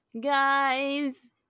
guys